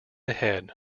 ahead